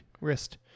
wrist